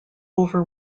over